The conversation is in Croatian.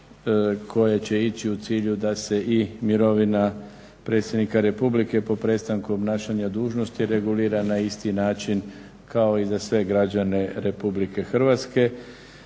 koje će ići u cilju da se i mirovina Predsjednika Republike po prestanku obnašanja dužnosti regulira na isti način kao i za sve građane Republike Hrvatske.